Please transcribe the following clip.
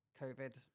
COVID